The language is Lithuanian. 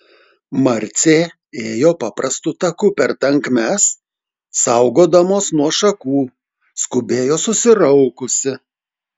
marcė ėjo paprastu taku per tankmes saugodamos nuo šakų skubėjo susiraukusi